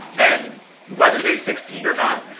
and whether they succeed or not.